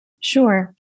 Sure